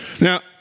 Now